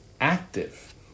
active